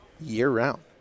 year-round